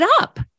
up